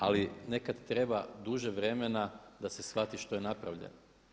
Ali nekad treba duže vremena da se shvati što je napravljeno.